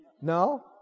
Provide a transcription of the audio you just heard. No